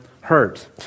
hurt